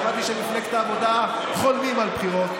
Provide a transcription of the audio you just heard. שמעתי שבמפלגת העבודה חולמים על בחירות.